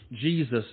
Jesus